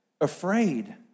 afraid